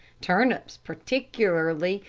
turnips particularly,